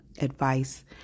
advice